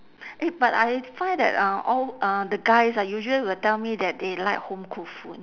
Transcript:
eh but I find that uh all uh the guys ah usually will tell me that they like home cooked food